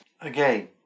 Again